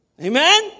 Amen